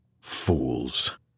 Fools